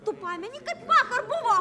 tu pameni kaip vakar buvo